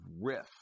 riff